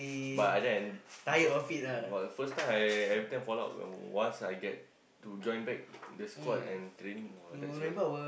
but other than because the first time I fall out once I get the join back the squad and training !wah! that's was